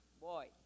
boy